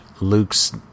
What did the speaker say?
Luke's